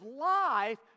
life